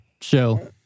show